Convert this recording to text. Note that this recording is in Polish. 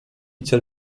cel